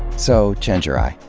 so, chenjerai.